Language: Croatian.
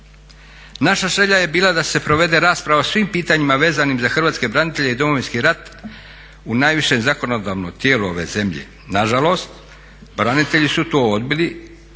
Naša želja je bila da se provede rasprava o svim pitanjima vezanim za hrvatske branitelje i Domovinski rat u najviše zakonodavno tijelo ove zemlje. Na žalost, branitelji su to odbili